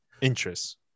interest